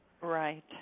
Right